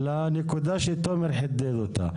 לנקודה שתומר חידד אותה.